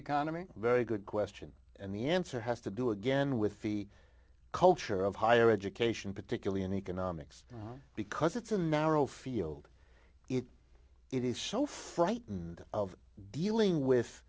economy very good question and the answer has to do again with the culture of higher education particularly in economics because it's a narrow field it is so frightened of dealing with